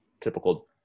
typical